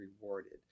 rewarded